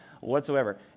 whatsoever